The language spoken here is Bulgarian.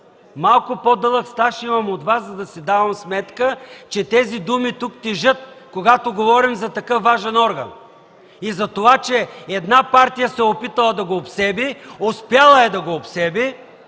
Малко по-дълъг стаж имам от Вас, за да си давам сметка, че тези думи тук тежат, когато говорим за такъв важен орган. Това, че една партия се е опитала и е успяла да го обсеби,